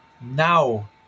now